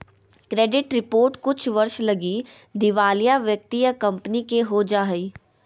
credit report कुछ वर्ष लगी दिवालिया व्यक्ति या कंपनी के हो जा हइ